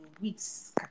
weeks